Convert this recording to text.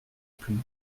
plus